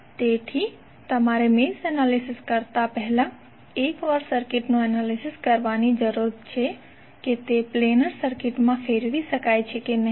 તેથી તમારે mesh analysis કરતા પહેલા એકવાર સર્કિટનું એનાલિસિસ કરવાની જરૂર છે કે તે પ્લેનર સર્કિટમાં ફેરવી શકાય તેમ છે કે નહીં